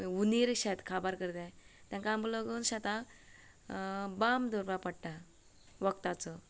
उंदीर शेत काबार करताय तेका आमी लागून शेताक बाम दवरपा पडटा वखदाचो